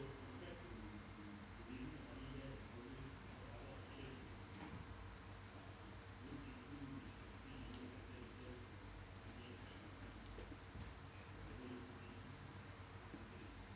it